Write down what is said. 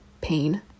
pain